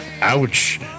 Ouch